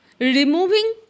removing